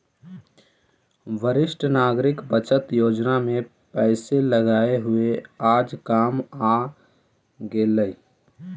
वरिष्ठ नागरिक बचत योजना में पैसे लगाए हुए आज काम आ गेलइ